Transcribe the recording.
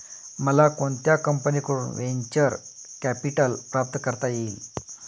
मला कोणत्या कंपनीकडून व्हेंचर कॅपिटल प्राप्त करता येईल?